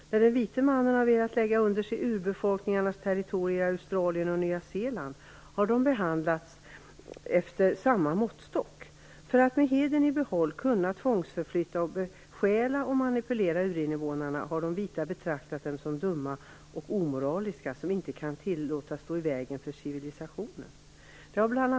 När den vita mannen har velat lägga under sig urbefolkningens territorier i Australien och i Nya Zeeland har dessa behandlats efter samma måttstock. För att med hedern i behåll kunna tvångsförflytta, bestjäla och manipulera urinvånarna har de vita betraktat dem som dumma och omoraliska som inte kan tillåtas att stå i vägen för civilisationen.